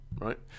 Right